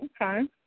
Okay